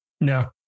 No